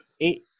eight